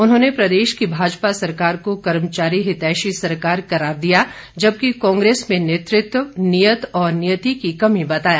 उन्होंने प्रदेश की भाजपा सरकार को कर्मचारी हितैषी सरकार करार दिया जबकि कांग्रेस में नेतृत्व नीयत और नियती की कमी बताया